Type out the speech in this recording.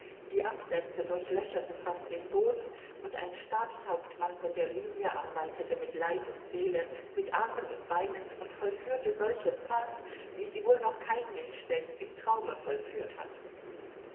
die absätze durchlöcherten fast den boden und ein stabshauptmann von der linie arbeitete mit leib und seele mit armen und beinen und vollführte solche pas wie sie wohl noch kein mensch selbst im traume vollführt hat